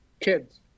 kids